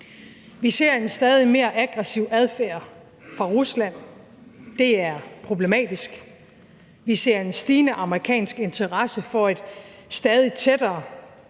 Vi ser en stadig mere aggressiv adfærd fra Rusland – det er problematisk. Vi ser en stigende amerikansk interesse for et stadig tættere